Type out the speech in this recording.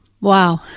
Wow